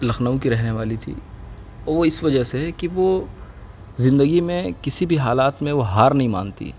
لکھنؤ کی رہنے والی تھی وہ اس وجہ سے کہ وہ زندگی میں کسی بھی حالات میں وہ ہار نہیں مانتی